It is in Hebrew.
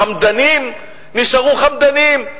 החמדנים נשארו חמדנים.